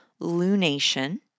lunation